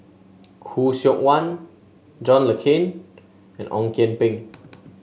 Khoo Seok Wan John Le Cain and Ong Kian Peng